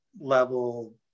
level